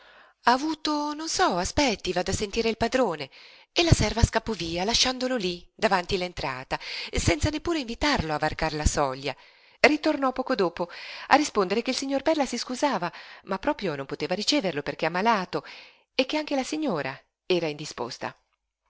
ha avuto non so aspetti vado a sentire il padrone e la serva scappò via lasciandolo lí davanti l'entrata senza neppure invitarlo a varcare la soglia ritornò poco dopo a rispondere che il signor perla si scusava ma proprio non poteva riceverlo perché ammalato e che anche la signora era indisposta